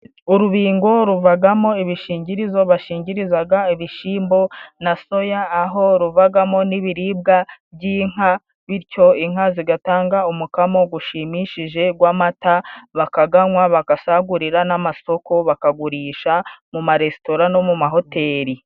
Urubingo ruvagamo ibishingirizo bashingirizaga ibishyimbo na soya, aho ruvagamo n'ibiribwa by'inka, bityo inka zigatanga umukamo gwushimishije gw'amata, bakaganywa bagasagurira n'amasoko, bakagurisha mu maresitora no mu mahoteli.